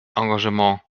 engagement